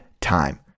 time